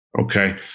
Okay